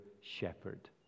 shepherd